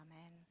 amen